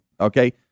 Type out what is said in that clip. okay